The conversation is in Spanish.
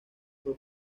por